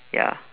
ya